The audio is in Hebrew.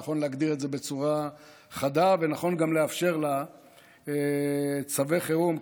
נכון להגדיר את זה בצורה חדה ונכון גם לאפשר לה צווי חירום.